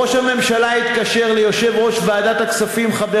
ראש הממשלה התקשר ליושב-ראש ועדת הכספים חבר